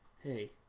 hey